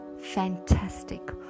fantastic